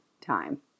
time